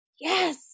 yes